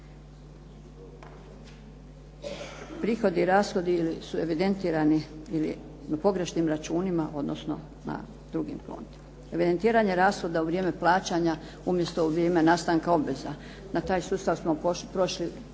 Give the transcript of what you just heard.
prihodi i rashodi su evidentirani na pogrešnim računima odnosno na drugim …/Govornica se ne razumije./… Evidentiranje rashoda u vrijeme plaćanja umjesto u vrijeme nastavka obveza na taj sustav smo prešli